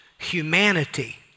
humanity